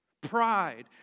Pride